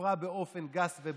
והופרה באופן גס ובוטה.